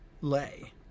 lay